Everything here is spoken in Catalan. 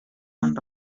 quan